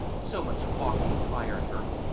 so much walking tired her,